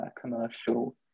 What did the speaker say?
commercial